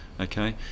Okay